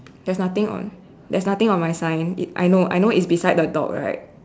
there's nothing on there's nothing on my sign it I know I know it's beside the dog right